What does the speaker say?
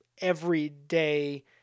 everyday